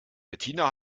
bettina